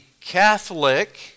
Catholic